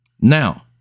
Now